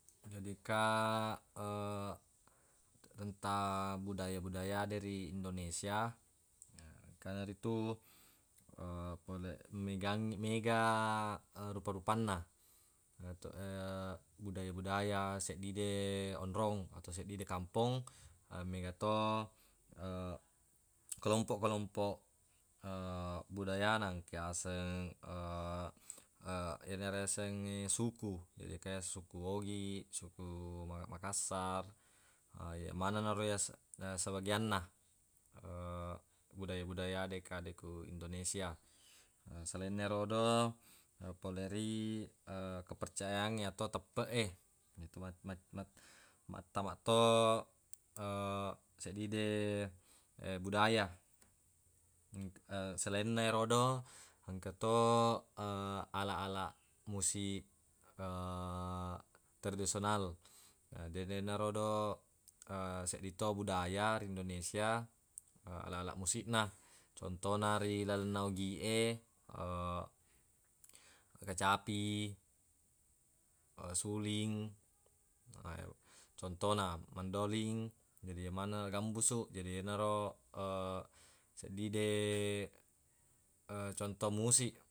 Jadi engka tentang budaya-budaya de ri indonesia, engka naritu pole megangngi- mega rupa-rupanna. Budaya-budaya seddide onrong atau seddide kampong mega to kelompoq-kelompoq budayana, engka yaseng ero yasengnge suku jadi engka yaseng suku ogi, suku mang- makassar na ye maneng naro yase- ya sebagianna budaya-budaya de engka de ku indonesia. Na selainna erodo pole ri kepercayaangnge atau teppeq e na tu mat- mat- mattama to seddide budaya selainna erodo engka to alaq-alaq musiq tradisional. Jadi yenarodo seddi to budaya ri indonesia alaq-alaq musiq na contona ri lalenna ogi e kecapi, suling, contona mendoling, jadi yemanenna gambusuq. Jadi yenaro seddide conto musiq.